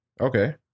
Okay